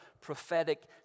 prophetic